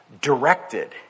directed